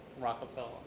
Rockefeller